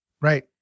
right